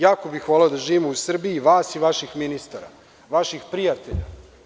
Jako bih voleo da živim u Srbiji vas i vaših ministara, vaših prijatelja.